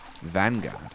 Vanguard